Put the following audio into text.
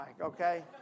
okay